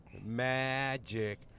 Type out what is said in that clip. magic